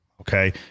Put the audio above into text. okay